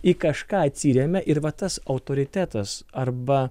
į kažką atsiremia ir va tas autoritetas arba